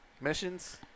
missions